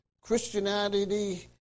Christianity